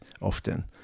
often